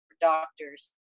doctors